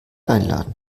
einladen